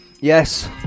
yes